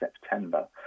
September